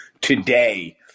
today